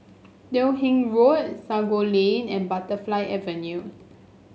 Teo Hong Road Sago Lane and Butterfly Avenue